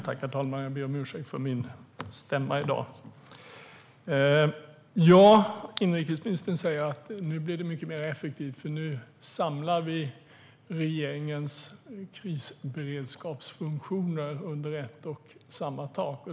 Herr talman! Jag ber om ursäkt för min stämma. Inrikesministern säger att det blir mycket effektivare nu för att man samlar regeringens krisberedskapsfunktioner under ett och samma tak.